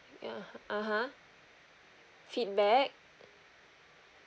ya (uh huh) feedback